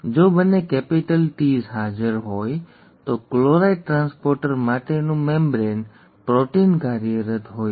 જો બંને capital Ts હાજર હોય તો ક્લોરાઇડ ટ્રાન્સપોર્ટર માટેનું મેમ્બ્રેન પ્રોટીન કાર્યરત હોય છે